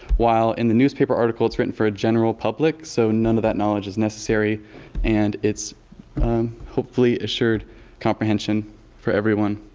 while in the newspaper article, it's written for a general public so none of that knowledge is necessary and its hopefully assured comprehension for everyone.